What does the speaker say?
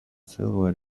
целого